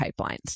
pipelines